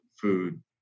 food